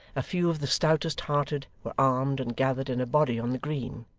a few of the stoutest-hearted were armed and gathered in a body on the green.